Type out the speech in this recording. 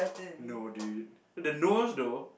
no dude the nose though